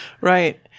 Right